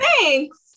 Thanks